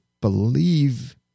believe